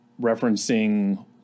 referencing